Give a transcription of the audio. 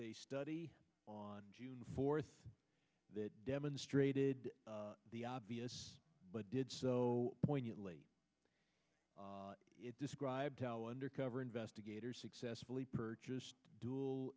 a study on june fourth that demonstrated the obvious but did so poignantly it described how undercover investigators successfully purchased dual